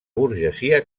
burgesia